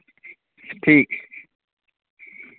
ठीक